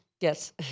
Yes